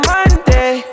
Monday